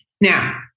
Now